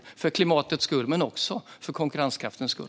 Vi gör det för klimatets skull men också för konkurrenskraftens skull.